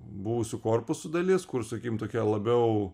buvusių korpusų dalis kur sakykim tokia labiau